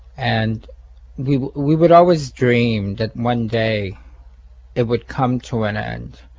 and we we would always dream that one day it would come to an end